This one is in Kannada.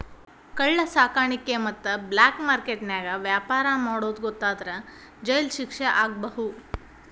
ಕಳ್ಳ ಸಾಕಾಣಿಕೆ ಮತ್ತ ಬ್ಲಾಕ್ ಮಾರ್ಕೆಟ್ ನ್ಯಾಗ ವ್ಯಾಪಾರ ಮಾಡೋದ್ ಗೊತ್ತಾದ್ರ ಜೈಲ್ ಶಿಕ್ಷೆ ಆಗ್ಬಹು